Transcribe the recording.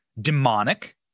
Demonic